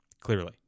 clearly